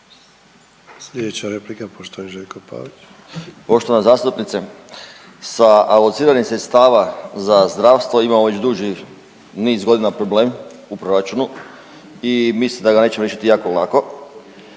Slijedeća replika poštovani Željko Pavić.